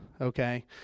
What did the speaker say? Okay